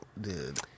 dude